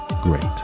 great